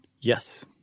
Yes